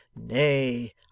nay